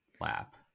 lap